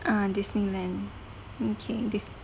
ah Disneyland okay this